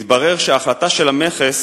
מתברר שההחלטה של המכס